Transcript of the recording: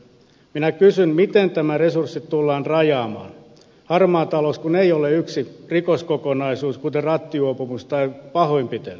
minä kysyn miten nämä resurssit tullaan rajaamaan harmaa talous kun ei ole yksi rikoskokonaisuus kuten rattijuopumus tai pahoinpitely